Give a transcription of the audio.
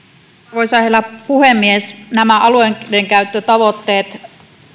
arvoisa herra puhemies nämä alueidenkäyttötavoitteet